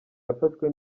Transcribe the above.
yafashwe